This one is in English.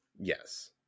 yes